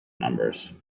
numbers